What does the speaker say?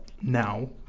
now